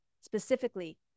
specifically